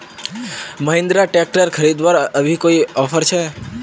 Mahindra tractor खरीदवार अभी कोई ऑफर छे?